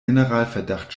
generalverdacht